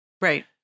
Right